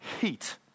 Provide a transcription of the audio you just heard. heat